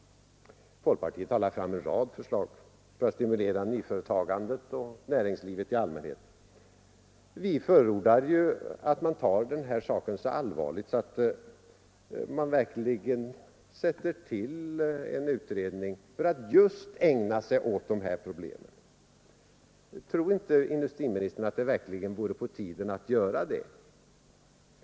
Folkpartiet har lagt fram en rad förslag för att stimulera nyföretagandet och näringslivet i allmänhet. Vi förordar att man tar den här saken så allvarligt att man verkligen sätter till en utredning som får ägna sig åt dessa problem. Tror inte industriministern att det vore på tiden att göra det?